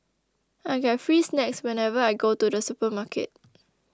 I get free snacks whenever I go to the supermarket